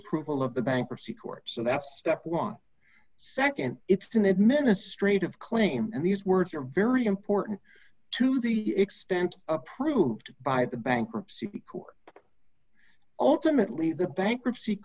approval of the bankruptcy court so that's step one second it's an administrative claim and these words are very important to the extent approved by the bankruptcy court ultimately the bankruptcy